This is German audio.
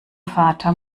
vater